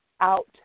out